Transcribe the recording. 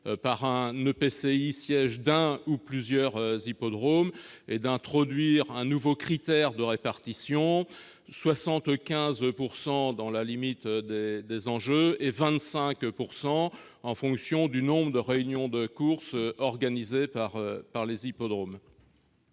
par un EPCI siège d'un ou de plusieurs hippodromes et d'introduire un nouveau critère de répartition, à savoir 75 % dans la limite des enjeux et 25 % en fonction du nombre de réunions de courses organisées par les hippodromes.